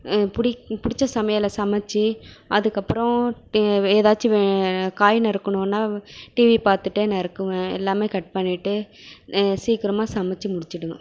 பிடி பிடிச்ச சமையலை சமைச்சி அதுக்கப்பறம் தேவை எதாச்சும் வே காய் நறுக்கணும்னா டிவி பார்த்துட்டே நறுக்குவேன் எல்லாமே கட் பண்ணிவிட்டு சீக்கிரமாக சமைச்சி முடிச்சிவிடுவேன்